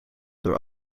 door